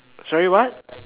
sorry what